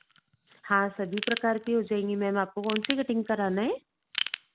हाँ सभी प्रकार की हो जाएँगी मैम आपको कौन सी कटिंग कराना है